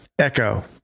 Echo